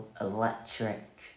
electric